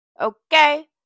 okay